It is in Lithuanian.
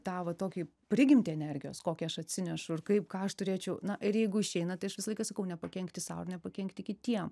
tą va tokį prigimtį energijos kokią aš atsinešu ir kaip ką aš turėčiau na ir jeigu išeina tai aš visą laiką sakau nepakenkti sau ir nepakenkti kitiem